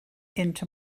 into